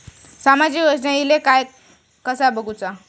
सामाजिक योजना इले काय कसा बघुचा?